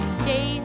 stay